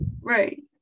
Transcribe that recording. Right